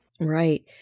Right